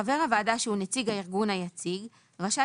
חבר הוועדה שהוא נציג הארגון היציג רשאי